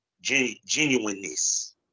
genuineness